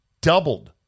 doubled